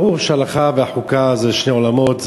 ברור שההלכה והחוקה זה שני עולמות,